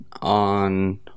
on